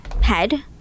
head